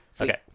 okay